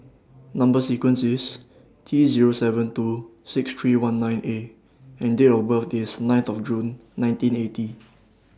Number sequence IS T Zero seven two six three one nine A and Date of birth IS ninth of June nineteen eighty